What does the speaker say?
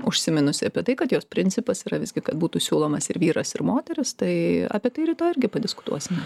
užsiminusi apie tai kad jos principas yra visgi kad būtų siūlomas ir vyras ir moteris tai apie tai rytoj irgi padiskutuosime